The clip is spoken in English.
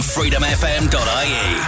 FreedomFM.ie